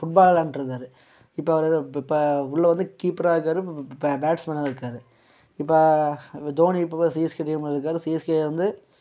football விளாண்டுட்ருந்தாரு இப்போ அவர் ஏதோ இப்போ உள்ளே வந்து கீப்பராக இருக்கார் பேட்ஸ்மேனாகவும் இருக்கார் இப்போ தோனி இப்போ சிஎஸ்கே டீமில் இருக்கார் சிஎஸ்கே வந்து